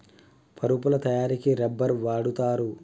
పరుపుల తయారికి రబ్బర్ వాడుతారు